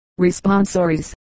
responsories